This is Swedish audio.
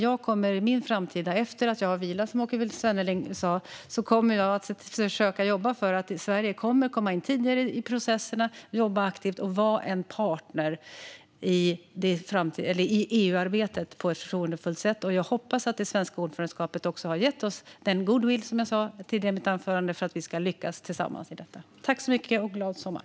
Jag kommer i min framtid - efter att jag har vilat, som Håkan Svenneling sa - att försöka arbeta för att Sverige ska komma in tidigare i processerna och jobba aktivt och vara en partner i EU-arbetet på ett förtroendefullt sätt. Jag hoppas, som jag sa i mitt anförande, att det svenska ordförandeskapet också har gett oss goodwill för att vi ska lyckas tillsammans i detta. Tack så mycket, och glad sommar!